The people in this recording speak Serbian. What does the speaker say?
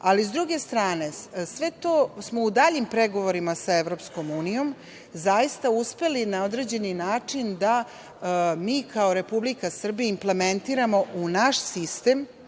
gas. Ali, s druge strane, sve to smo u daljim pregovorima sa EU zaista uspeli na određeni način da mi kao Republika Srbija implementiramo u naš sistem,